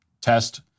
test